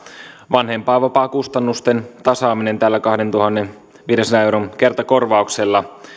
vanhempainvapaan kustannusten tasaaminen tällä kahdentuhannenviidensadan euron kertakorvauksella